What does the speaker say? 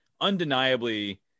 undeniably